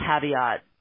caveat